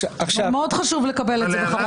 מאוד חשוב לקבל את זה בחוות-הדעת.